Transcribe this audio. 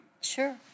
Sure